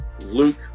Luke